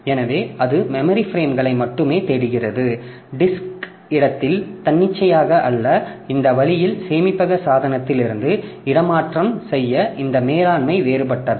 எனவே அது மெமரி பிரேம்களை மட்டுமே தேடுகிறது டிஸ்க் இடத்தில் தன்னிச்சையாக அல்ல இந்த வழியில் சேமிப்பக சாதனத்திலிருந்து இடமாற்றம் செய்ய இந்த மேலாண்மை வேறுபட்டது